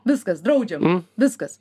viskas draudžiama viskas